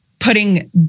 putting